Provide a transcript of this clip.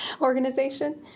organization